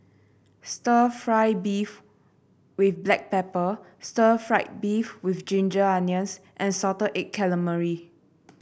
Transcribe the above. stir fry beef with Black Pepper Stir Fried Beef with Ginger Onions and Salted Egg Calamari